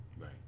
Right